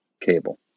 cable